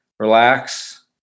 Relax